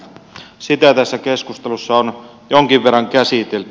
sitä tässä keskustelussa on jonkin verran käsitelty